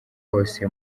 wose